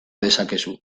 dezakezu